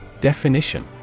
Definition